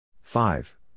five